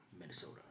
Minnesota